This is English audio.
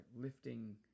lifting